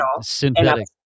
Synthetic